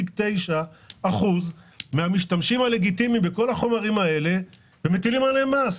99.9% מהמשתמשים הלגיטימיים בכל החומרים האלה ומטילים עליהם מס.